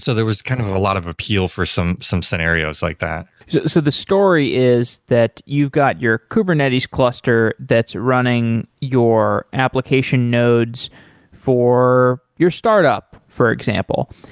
so there was kind of a lot of appeal for some some scenarios like that yeah so the story is that you've got your kubernetes cluster that's running your application nodes for your startup, for example.